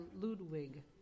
ludwig